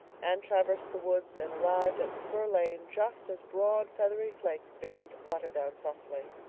anne traversed the woods and arrived at the fir lane just as broad, feathery flakes began to flutter down softly.